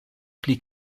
pli